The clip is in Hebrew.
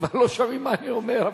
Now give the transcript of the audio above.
כבר לא שומעים מה אני אומר אפילו.